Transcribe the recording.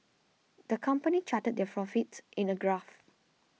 the company charted their fro fits in a graph